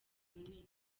runini